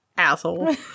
asshole